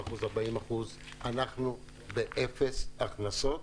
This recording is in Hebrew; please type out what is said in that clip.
80%, 40%. אנחנו באפס הכנסות.